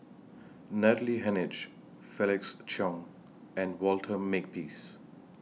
Natalie Hennedige Felix Cheong and Walter Makepeace